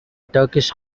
turkish